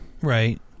right